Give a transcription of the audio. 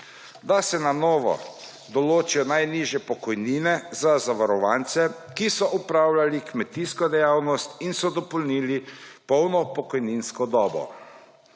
Da se na novo določijo najnižje pokojnine za zavarovance, ki so opravljali kmetijsko dejavnost in so dopolnili polno pokojninsko dobo.